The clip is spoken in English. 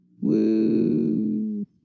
Woo